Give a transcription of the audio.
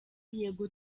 yego